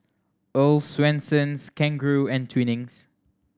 Earl's Swensens Kangaroo and Twinings